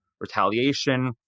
retaliation